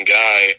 guy